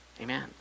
Amen